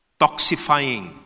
toxifying